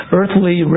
earthly